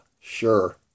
sure